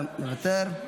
גם מוותר,